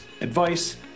advice